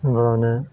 होनब्लानो